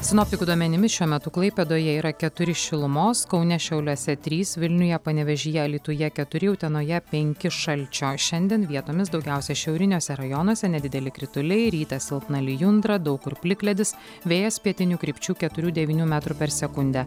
sinoptikų duomenimis šiuo metu klaipėdoje yra keturi šilumos kaune šiauliuose trys vilniuje panevėžyje alytuje keturi utenoje penki šalčio šiandien vietomis daugiausia šiauriniuose rajonuose nedideli krituliai rytą silpna lijundra daug kur plikledis vėjas pietinių krypčių keturių devynių metrų per sekundę